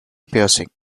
piercing